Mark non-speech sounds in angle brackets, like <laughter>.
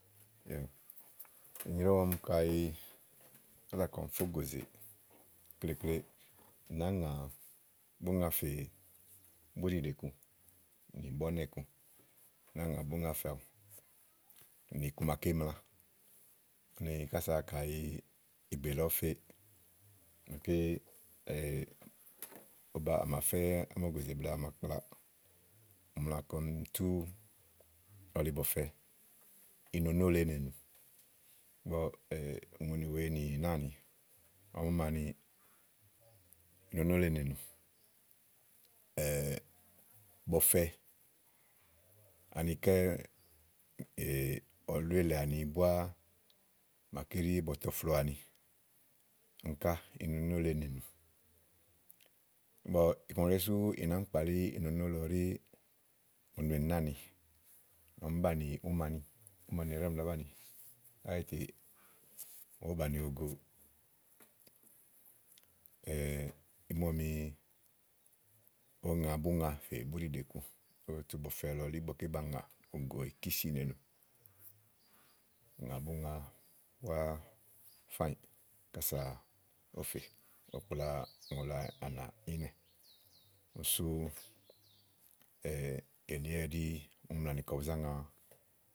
ì nyréwu kàyi kása kɔm fɛ́ ògòzè klekle ì nàáa ŋà búya fè búɖìɖe ku, nì bɔ̀nɛ̀ ku ì nàáa ŋà búya fè awu nì iku maké mla úni kayi ìgbè lɔ ɔ̀ɔ́ fe màaké à mà fɛ́ ámògòzè blɛ̀ɛ à mà kpla ù mla kɔm tú ɔlibɔ̀fɛ inomóle nènù ígbɔ ùŋonì wèe nì náàniɔmi úmani i nonóle nènù <hesitation> bɔfɛ anikɛ́ <hesitation> ɔlú èle àni búáá màaké ɖi bɔtɔ floò àni, úni ká inonò le nénù ígbɔ iku maké sú ì nàáá mi kpàalí inonó lɔ búá ɖíí ùŋonì wèe nì náàni kɔɔ̀m banìi úmani, úmani ɛɖí ɔmi ɖàá banìi káyi iklèe màa ówó bàni òwogo <hesitation> ìí mu ɔmi ówó ŋa búya fè búɖìɖe ku ówo tu bɔfɛ lɔ elí ígbɔké ba ŋà bògò ikísì nènù ŋà búya búá fáànyi kása ówo fè fà kpla ùŋò lɔ anà ínɛ̀ úni sú <hesitation> elí ɛɖí úni mla kɔ bu záŋa.